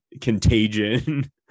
contagion